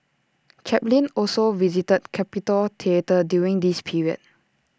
Chaplin also visited capitol theatre during this period